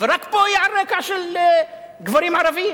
ורק פה היא על רקע של גברים ערבים?